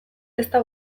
ezta